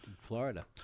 Florida